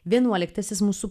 vienuoliktasis mūsų